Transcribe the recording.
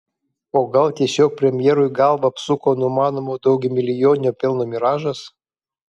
o gal tiesiog premjerui galvą apsuko numanomo daugiamilijoninio pelno miražas